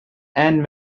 ann